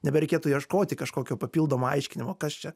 nebereikėtų ieškoti kažkokio papildomo aiškinimo kas čia